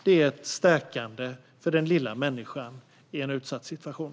De är stärkande för den lilla människan i en utsatt situation.